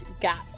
gap